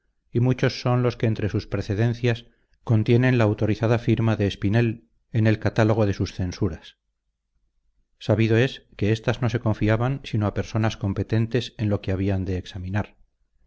y muchos son los que entre sus precedencias contienen la autorizada firma de espinel en el catálogo de sus censuras sabido es que estas no se confiaban sino a personas competentes en lo que habían de examinar